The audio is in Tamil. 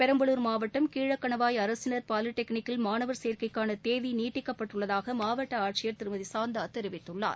பெரம்பலூர் மாவட்டம் கீழக்கனவாய் அரசினர் பாலிடெக்னிக்கில் மாணவர் சேர்க்கைகான தேதி நீட்டிக்கப்பட்டுள்ளதாக மாவட்ட ஆட்சியர் திருமதி சாந்தா தெரிவித்துள்ளார்